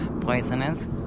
poisonous